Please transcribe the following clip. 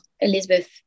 Elizabeth